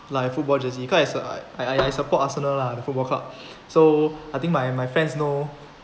like football jersey because I I I support arsenal lah the football club so I think my my friends know